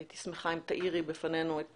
הייתי שמחה אם תאירי בפנינו את